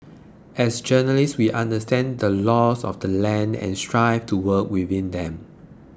as journalists we understand the laws of the land and strive to work within them